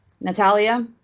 Natalia